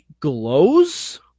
glows